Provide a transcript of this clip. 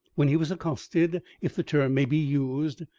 when he was accosted, if the term may be used,